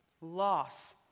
loss